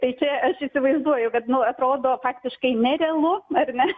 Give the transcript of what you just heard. tai čia aš įsivaizduoju kad nu atrodo faktiškai nerealu ar ne